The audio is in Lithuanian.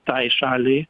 tai šaliai